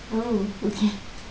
oh okay